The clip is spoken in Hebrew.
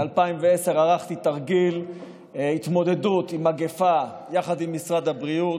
ב-2010 ערכתי תרגיל התמודדות עם מגפה יחד עם משרד הבריאות.